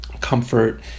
comfort